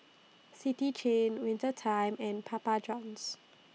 City Chain Winter Time and Papa Johns